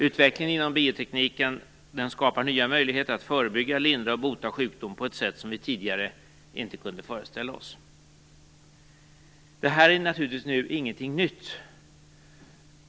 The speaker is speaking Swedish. Utvecklingen inom biotekniken skapar nya möjligheter att förebygga, lindra och bota sjukdom på ett sätt som vi tidigare inte kunde föreställa oss. Detta är naturligtvis inte något nytt.